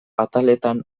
ataletan